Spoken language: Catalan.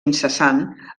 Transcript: incessant